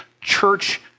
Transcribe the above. church